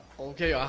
okay, ah